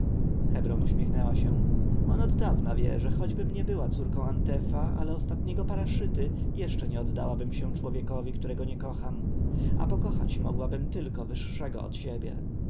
hebron uśmiechnęła się on oddawna wie że choćbym nie była córką antefa ale ostatniego paraszyty jeszcze nie oddałabym się człowiekowi którego nie kocham a pokochać mogłabym tylko wyższego od siebie